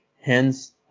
hence